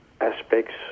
aspects